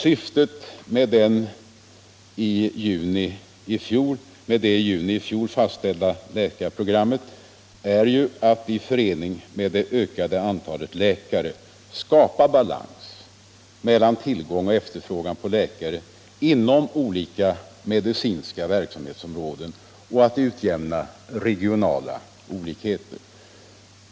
Syftet = med det i juni i fjol fastställda läkarprogrammet är ju att i förening med Om kommunernas det ökade antalet läkare skapa en sådan balans när det gäller läkare inom avfallshantering olika medicinska verksamhetsområden och att utjämna regionala olikheter.